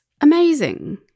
Amazing